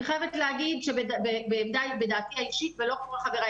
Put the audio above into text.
אני חייבת להגיד שלדעתי האישית ולא כל חבריי